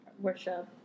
worship